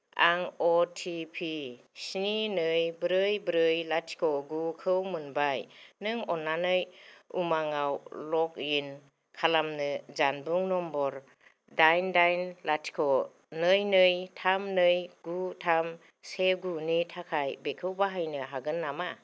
आं अ टि पि स्नि नै ब्रै ब्रै लाथिख' गु खौ मोनबाय नों अननानै उमांआव लग इन खालामनो जानबुं नम्बर दाइन दाइन लाथिख' नै नै थाम नै गु थाम से गु नि थाखाय बेखौ बाहायनो हागोन नामा